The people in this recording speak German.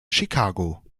chicago